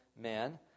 man